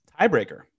tiebreaker